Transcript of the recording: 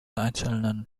einzelnen